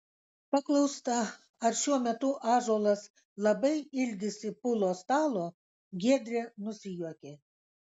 paklausta ar šiuo metu ąžuolas labai ilgisi pulo stalo giedrė nusijuokė